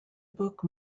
book